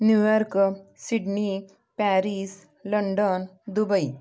New York Sydney Paris London Dubai